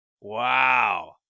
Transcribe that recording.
Wow